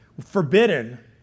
forbidden